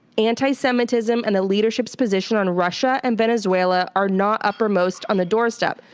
antisemitism and the leadership's position on russia and venezuela are not uppermost on the doorstep.